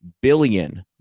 billion